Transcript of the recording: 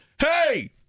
hey